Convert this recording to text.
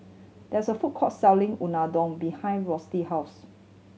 there is a food court selling Unadon behind house